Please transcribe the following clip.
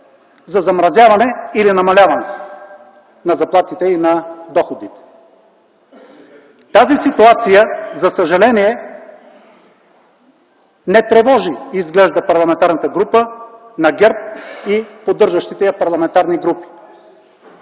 за замразяване или намаляване на заплатите и на доходите. Тази ситуация, за съжаление, изглежда не тревожи Парламентарната група на ГЕРБ и поддържащите я парламентарни групи